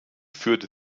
führte